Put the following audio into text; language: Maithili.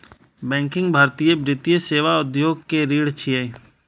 बैंकिंग भारतीय वित्तीय सेवा उद्योग के रीढ़ छियै